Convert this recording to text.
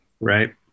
Right